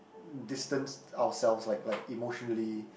distance ourselves like like emotionally